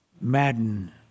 Madden